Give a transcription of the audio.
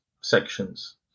sections